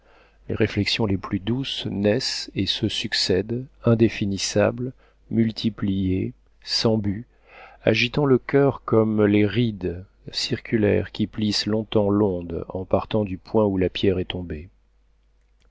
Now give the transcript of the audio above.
les réflexions les plus douces naissent et se succèdent indéfinissables multipliées sans but agitant le coeur comme les rides circulaires qui plissent longtemps l'onde en partant du point où la pierre est tombée